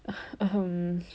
uh um